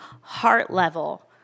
heart-level